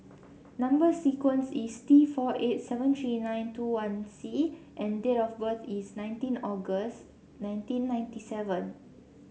number sequence is T four eight seven three nine two one C and date of birth is nineteen August nineteen ninety seven